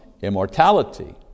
immortality